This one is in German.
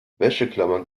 wäscheklammern